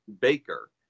Baker